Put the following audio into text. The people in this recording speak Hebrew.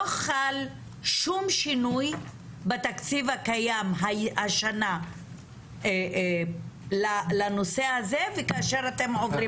לא חל שום שינוי בתקציב הקיים השנה לנושא הזה כאשר אתם עוברים.